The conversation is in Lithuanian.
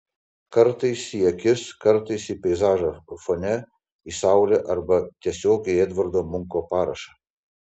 kartais į akis kartais į peizažą fone į saulę arba tiesiog į edvardo munko parašą